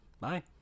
Bye